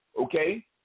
okay